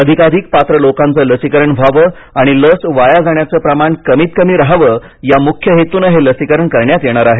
अधिकाधिक पात्र लोकांचं लसीकरण व्हावं आणि लस वाया जाण्याचं प्रमाण कमीत कमी राहावं या मुख्य हेतूनं हे लसीकरण करण्यात येणार आहे